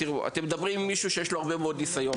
אתם מדברים עם מישהו שיש לו הרבה מאוד ניסיון.